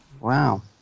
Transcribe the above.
wow